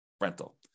rental